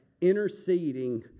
interceding